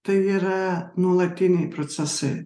tai yra nuolatiniai procesai